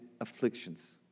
afflictions